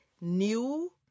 New